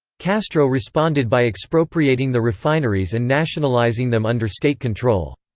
castro responded by expropriating the refineries and nationalizing them under state control.